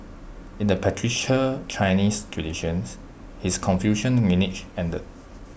in the patriarchal Chinese traditions his Confucian lineage ended